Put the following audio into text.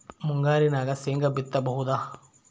ಮುಂಗಾರಿನಾಗ ಶೇಂಗಾ ಬಿತ್ತಬಹುದಾ?